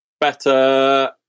Better